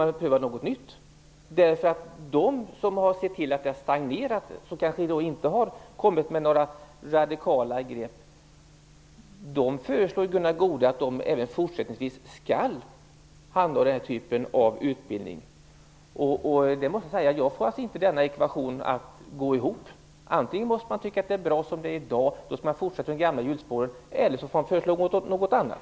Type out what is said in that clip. Gunnar Goude föreslår ju att de som har sett till att det har stagnerat och inte kommit med några radikala grepp även fortsättningsvis skall handha den här typen av utbildning. Jag får inte denna ekvation att gå ihop. Antingen måste man tycka att det är bra som det är i dag, och då skall man fortsätta i de gamla hjulspåren, eller också får man föreslå något annat.